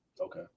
Okay